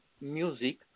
music